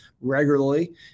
regularly